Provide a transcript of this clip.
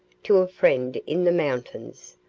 to a friend in the mountains,